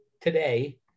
today